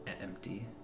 empty